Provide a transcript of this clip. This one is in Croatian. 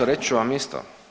Reći ću vam isto.